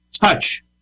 touch